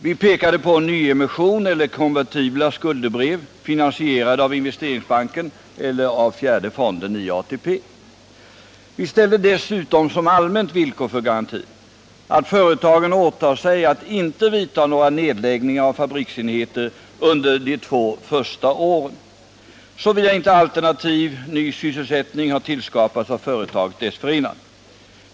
Vi pekade på en nyemission eller konvertibla skuldebrev, finansierade av Investeringsbanken eller av fjärde AP-fonden. Vi ställde dessutom som allmänt villkor för garantin att företagen åtog sig att inte lägga ned några fabriksenheter under de två första åren, såvida inte alternativ ny sysselsättning hade tillskapats dessförinnan.